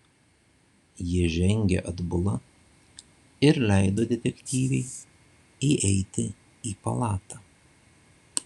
ji žengė atbula ir leido detektyvei įeiti į palatą